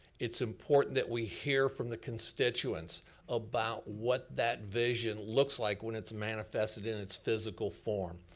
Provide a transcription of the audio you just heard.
it's important that we hear from the constituents about what that vision looks like when it's manifested in its physical form.